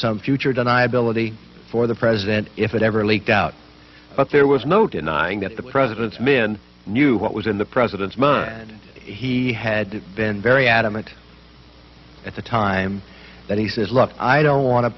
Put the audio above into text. some future deniability for the president if it ever leaked out but there was no denying that the president's men knew what was in the president's murder and he had been very adamant at the time that he says look i don't want to